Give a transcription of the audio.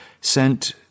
sent